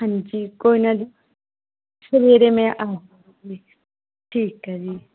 ਹਾਂਜੀ ਕੋਈ ਨਾ ਜੀ ਸਵੇਰੇ ਮੈਂ ਆਪ ਆਉਂਗੀ ਠੀਕ ਹੈ ਜੀ